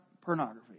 pornography